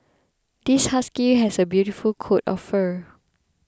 this husky has a beautiful coat of fur